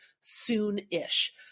soon-ish